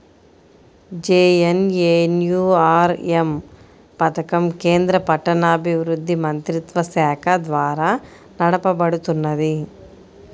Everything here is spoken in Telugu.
జేఎన్ఎన్యూఆర్ఎమ్ పథకం కేంద్ర పట్టణాభివృద్ధి మంత్రిత్వశాఖ ద్వారా నడపబడుతున్నది